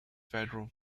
federal